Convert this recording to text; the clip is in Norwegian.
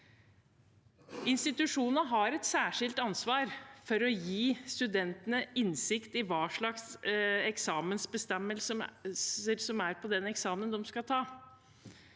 Institusjonene har et særskilt ansvar for å gi studentene innsikt i hva slags eksamensbestemmelser som gjelder for den eksamenen de skal ta.